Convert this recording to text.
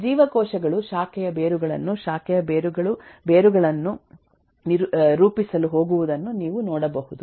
ಜೀವಕೋಶಗಳು ಶಾಖೆಯ ಬೇರುಗಳನ್ನು ಶಾಖೆಯ ಬೇರುಗಳು ಬೇರುಗಳನ್ನು ರೂಪಿಸಲು ಹೋಗುವುದನ್ನು ನೀವು ನೋಡಬಹುದು